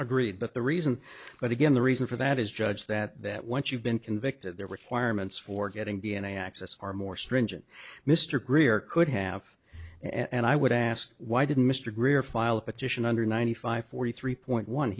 agreed but the reason but again the reason for that is judge that that once you've been convicted there requirements for getting d n a access are more stringent mr greer could have and i would ask why didn't mr greer file a petition under ninety five forty three point one